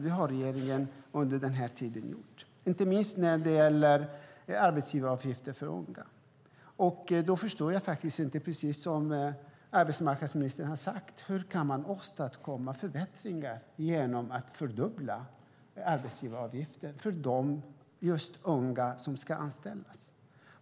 Det har regeringen gjort under den här tiden, inte minst när det gäller arbetsgivaravgifter för unga. Jag förstår inte hur man kan åstadkomma förbättringar genom att fördubbla arbetsgivaravgiften för de unga som ska anställas.